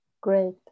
great